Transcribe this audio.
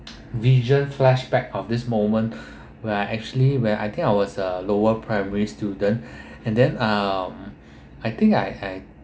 vision flashback of this moment where I actually where I think I was uh lower primary students and then uh I think I had